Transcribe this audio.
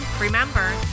remember